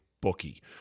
Bookie